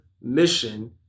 mission